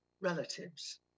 relatives